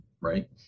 Right